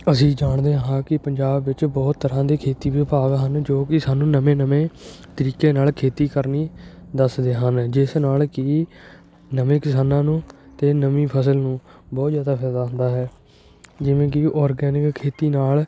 ਅਸੀਂ ਜਾਣਦੇ ਹਾਂ ਕਿ ਪੰਜਾਬ ਵਿੱਚ ਬਹੁਤ ਤਰ੍ਹਾਂ ਦੇ ਖੇਤੀ ਵਿਭਾਗ ਹਨ ਜੋ ਕਿ ਸਾਨੂੰ ਨਵੇਂ ਨਵੇਂ ਤਰੀਕੇ ਨਾਲ ਖੇਤੀ ਕਰਨੀ ਦੱਸਦੇ ਹਨ ਜਿਸ ਨਾਲ ਕਿ ਨਵੇਂ ਕਿਸਾਨਾਂ ਨੂੰ ਅਤੇ ਨਵੀਂ ਫ਼ਸਲ ਨੂੰ ਬਹੁਤ ਜ਼ਿਆਦਾ ਫਾਇਦਾ ਹੁੰਦਾ ਹੈ ਜਿਵੇਂ ਕਿ ਔਰਗੈਨਿਕ ਖੇਤੀ ਨਾਲ